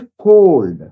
cold